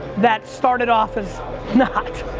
that started off as not.